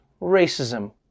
racism